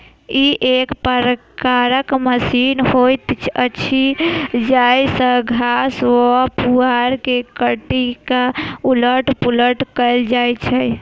ई एक प्रकारक मशीन होइत अछि जाहि सॅ घास वा पुआर के काटि क उलट पुलट कयल जाइत छै